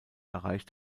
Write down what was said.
erreicht